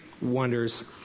wonders